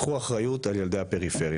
קחו אחריות על ילדי הפריפריה,